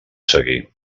seguir